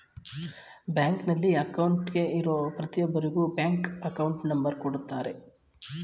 ಬ್ಯಾಂಕಲ್ಲಿ ಅಕೌಂಟ್ಗೆ ಇರೋ ಪ್ರತಿಯೊಬ್ಬರಿಗೂ ಬ್ಯಾಂಕ್ ಅಕೌಂಟ್ ನಂಬರ್ ಕೊಡುತ್ತಾರೆ